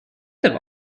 det